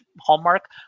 hallmark